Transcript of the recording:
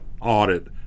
audit